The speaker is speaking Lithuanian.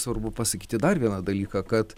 svarbu pasakyti dar vieną dalyką kad